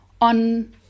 on